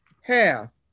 half